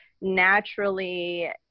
naturally